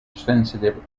sensitive